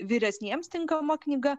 vyresniems tinkama knyga